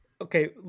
Okay